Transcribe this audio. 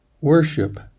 worship